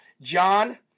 John